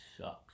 sucks